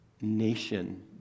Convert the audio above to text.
nation